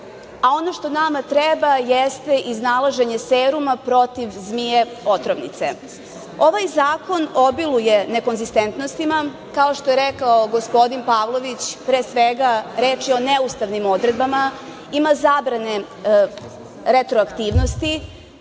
a ono što nama treba jeste iznalaženje seruma protiv zmije otrovnice. Ovaj zakon obiluje nekonzistentnostima, kao što je rekao gospodin Pavlović, pre svega, reč je o neustavnim odredbama, ima zabrane retroaktivnosti,